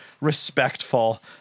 respectful